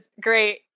great